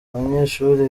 abanyeshuri